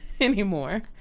anymore